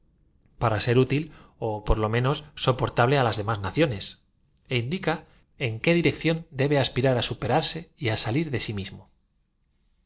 para ser útil ó por lo menob soportable las demás o ación é indica en qu dirección debe oipirar á superarse y á salir de sí miamo